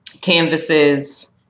canvases